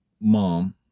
mom